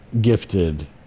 gifted